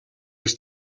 гэж